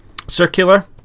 circular